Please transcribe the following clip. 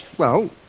well,